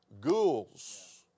ghouls